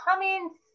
comments